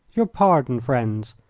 your pardon, friends,